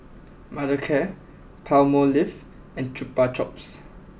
Mothercare Palmolive and Chupa Chups